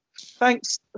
Thanks